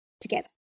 together